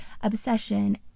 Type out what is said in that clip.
obsession